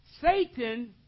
Satan